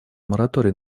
мораторий